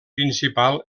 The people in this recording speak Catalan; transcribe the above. principal